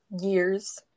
years